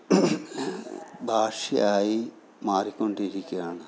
ഭാഷയായി മാറിക്കൊണ്ടിരിക്കുവാണ്